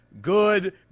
Good